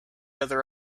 other